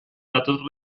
datos